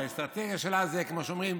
האסטרטגיה שלה זה, כמו שאומרים,